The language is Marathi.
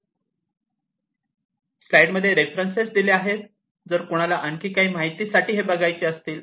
आणि हे आहेत रेफरन्सेस जर कुणाला आणखी जास्त माहितीसाठी हे बघायचे असतील तर